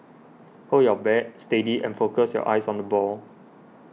hold your bat steady and focus your eyes on the ball